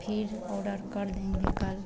फ़िर ऑर्डर कर देंगे कल